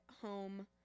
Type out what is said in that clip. home